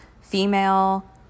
female